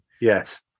Yes